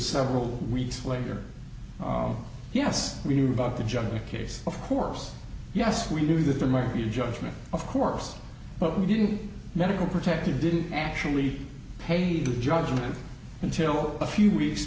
several weeks later oh yes we knew about the judge case of course yes we knew that there might be a judgment of course but we didn't medical protective didn't actually pay heed to the judgment until a few weeks